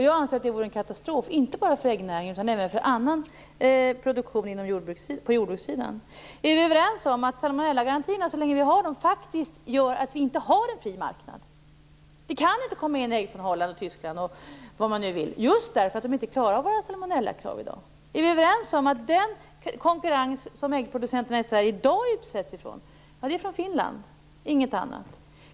Jag anser att det vore en katastrof, inte bara för äggnäringen utan även för annan produktion inom jordbruket. Är vi överens om att salmonellagarantierna gör att vi inte har en fri marknad? Det kan inte komma in ägg från Holland och Tyskland just därför att dessa ägg inte klarar salmonellakontrollen. Är vi överens om att den konkurrens som äggproducenterna i Sverige i dag utsätts för kommer från Finland?